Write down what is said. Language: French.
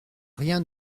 rien